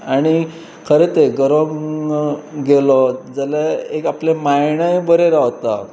आनी खरें तें गरोवंक गेलो जाल्यार एक आपलें मायंडय बरें रावता